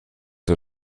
der